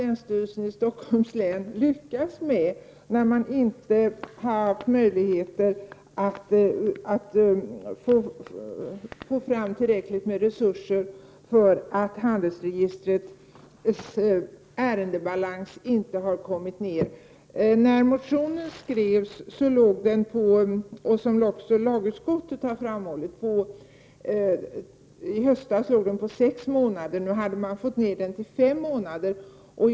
Länsstyrelsen i Stockholms län har enligt min mening inte lyckats med detta i och med att man inte har kunnat få fram tillräckliga resurser för att kunna minska handelsregistrets ärendebalans. När denna motion väcktes i höstas låg ärendebalansen på sex månader, och nu har man kunnat minska den till fem månader. Detta har även lagutskottet påpekat.